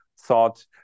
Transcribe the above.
thought